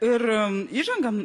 ir įžanga